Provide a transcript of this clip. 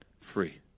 free